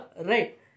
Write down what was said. right